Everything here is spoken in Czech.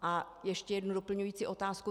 A ještě jednu doplňující otázku.